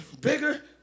bigger